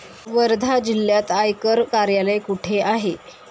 वर्धा जिल्ह्यात आयकर कार्यालय कुठे आहे?